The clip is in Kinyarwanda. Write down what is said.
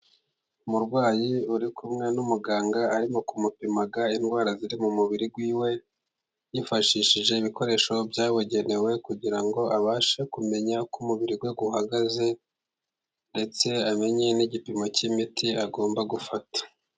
Umurwayi uri kumwe n'umuganga, arimo kumupima indwara ziri mu mubiri we yifashishije ibikoresho byabugenewe, kugira ngo abashe kumenya uko umubiri we uhagaze, ndetse amenye n'igipimo cy'imiti agomba gufata.